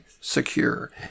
secure